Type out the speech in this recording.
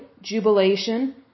jubilation